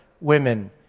women